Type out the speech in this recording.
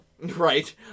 Right